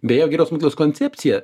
beje geros moklos koncepcija